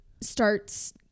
starts